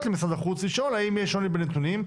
למשרד החוץ לשאול האם יש שוני בנתונים.